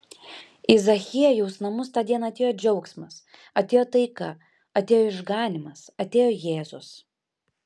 į zachiejaus namus tą dieną atėjo džiaugsmas atėjo taika atėjo išganymas atėjo jėzus